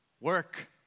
Work